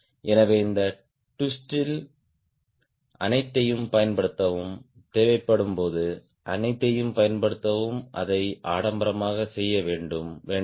எனவே இந்த ட்விஸ்ட்ஸ் அனைத்தையும் பயன்படுத்தவும் தேவைப்படும்போது அனைத்தையும் பயன்படுத்தவும் அதை ஆடம்பரமாக செய்ய வேண்டாம்